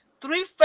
three